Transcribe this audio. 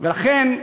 ולכן,